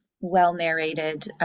well-narrated